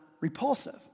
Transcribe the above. repulsive